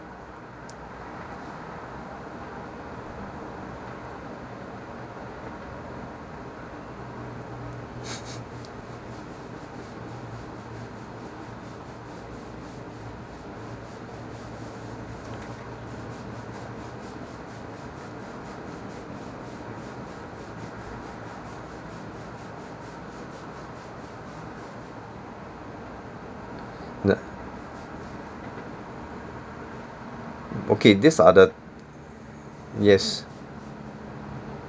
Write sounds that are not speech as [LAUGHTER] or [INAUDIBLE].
[NOISE] okay this are the yes